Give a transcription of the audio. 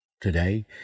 today